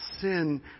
sin